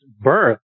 birth